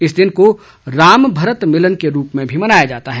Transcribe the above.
इस दिन को राम भरत मिलन के रूप में भी मनाया जाता है